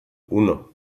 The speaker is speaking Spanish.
uno